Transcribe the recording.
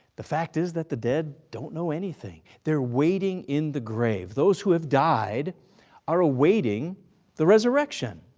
the fact is that the dead don't know anything. they're waiting in the grave. those who have died are awaiting the resurrection.